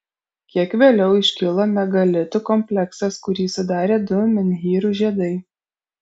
kiek vėliau iškilo megalitų kompleksas kurį sudarė du menhyrų žiedai